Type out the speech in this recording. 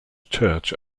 church